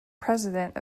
president